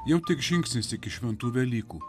jau tik žingsnis iki šventų velykų